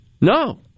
No